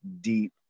deep